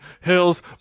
hills